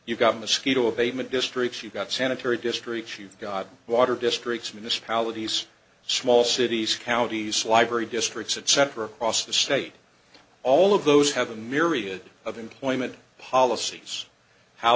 you've got mosquito abatement districts you've got sanitary districts you've got water districts municipalities small cities counties library districts etc cross the state all of those have a myriad of employment policies how